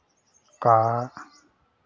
car